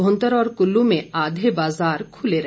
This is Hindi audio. भुंतर और कुल्लू में आधे बाजार खुले रहे